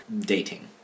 dating